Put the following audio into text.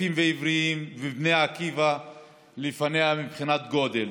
הצופים העבריים ובני עקיבא לפניה מבחינת גודל.